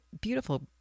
beautiful